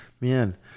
man